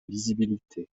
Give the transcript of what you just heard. lisibilité